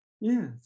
Yes